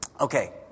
Okay